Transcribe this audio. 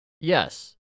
Yes